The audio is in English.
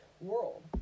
world